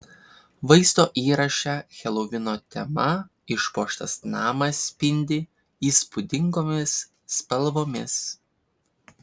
vaizdo įraše helovino tema išpuoštas namas spindi įspūdingomis spalvomis